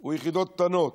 הוא יחידות קטנות,